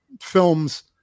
Films